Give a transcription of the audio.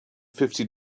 fifty